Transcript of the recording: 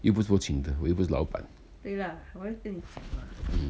又不是我请的我又不是老板